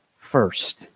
first